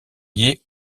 liées